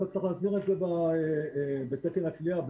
צריך להסדיר את זה בתקן הכליאה.